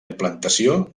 implantació